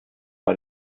war